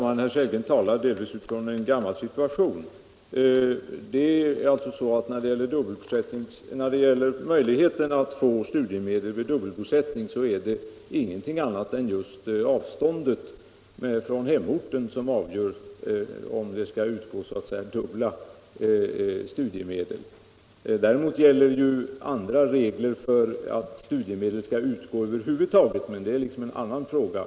Herr talman! Herr Sellgren talar delvis med utgångspunkt från en gammal situation. Det är ingenting annat än just avståndet från hemorten som avgör om det skall utgå så att säga dubbla studiemedel vid dubbelbosättning. Däremot gäller andra regler för att studiemedel skall utgå över huvud taget, men det är en annan fråga.